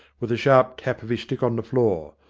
with a sharp tap of his stick on the floor.